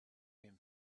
him